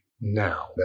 now